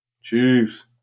Cheers